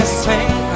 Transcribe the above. sing